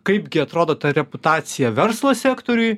kaipgi atrodo ta reputacija verslo sektoriuj